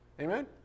amen